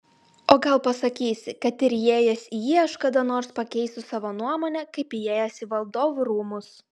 o gal pasakysi kad ir įėjęs į jį aš kada nors pakeisiu savo nuomonę kaip įėjęs į valdovų rūmus